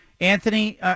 Anthony